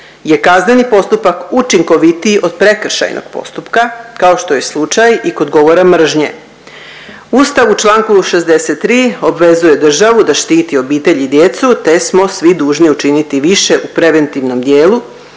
je kazneni postupak učinkovitiji od prekršajnog postupka kao što je slučaj i kod govora mržnje. Ustav u čl. 63 obvezuje državu da štiti obitelj i djecu te smo svi dužni učiniti više u preventivnom dijelu